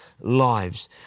lives